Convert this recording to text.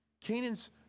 Canaan's